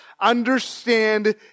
understand